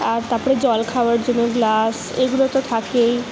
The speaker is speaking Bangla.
আর তারপরে জল খাওয়ার জন্য গ্লাস এগুলো তো থাকেই